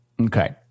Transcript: Okay